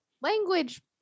language